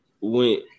went